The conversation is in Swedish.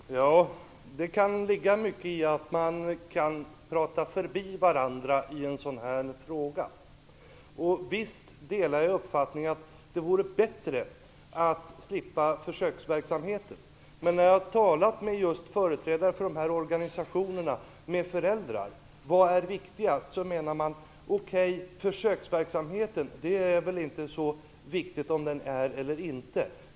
Fru talman! Det kan ligga mycket i att man kan prata förbi varandra i en sådan här fråga. Visst delar jag uppfattningen att det vore bättre att slippa försöksverksamheten. Men när jag har talat med företrädare för dessa organisationer och med föräldrar om vad som är viktigast menar de att det inte är så viktigt om det blir en försöksverksamhet eller inte.